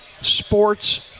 sports